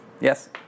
yes